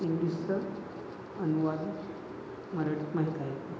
इंग्लिशचा अनुवाद मराठीमध्ये करायचा